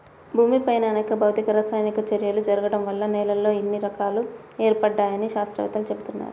భూమిపైన అనేక భౌతిక, రసాయనిక చర్యలు జరగడం వల్ల నేలల్లో ఇన్ని రకాలు ఏర్పడ్డాయని శాత్రవేత్తలు చెబుతున్నారు